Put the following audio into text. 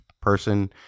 person